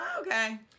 okay